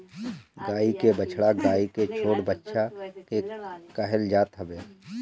गाई के बछड़ा गाई के छोट बच्चा के कहल जात हवे